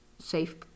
safe